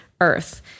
Earth